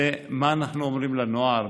זה מה אנחנו אומרים לנוער,